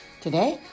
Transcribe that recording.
Today